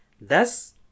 thus